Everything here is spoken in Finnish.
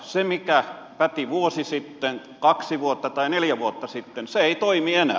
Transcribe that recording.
se mikä päti vuosi sitten kaksi vuotta tai neljä vuotta sitten se ei toimi enää